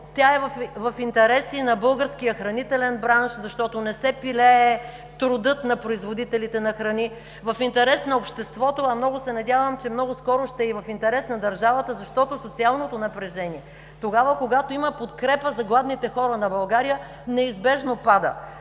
Тя е в интерес и на българския хранителен бранш, защото не се пилее трудът на производителите на храни. В интерес на обществото, надявам се, че много скоро ще е и в интерес на държавата, защото социалното напрежение, когато има подкрепа за гладните хора на България, неизбежно пада.